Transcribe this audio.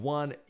one